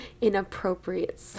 inappropriate